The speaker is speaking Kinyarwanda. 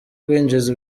kwinjiza